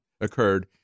occurred